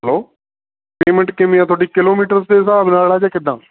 hello payment ਕਿਵੇਂ ਆ ਤੁਹਾਡੀ ਕਿਲੋਮੀਟਰ ਦੇ ਹਿਸਾਬ ਨਾਲ ਜਾਂ ਕਿੱਦਾਂ